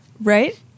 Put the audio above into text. right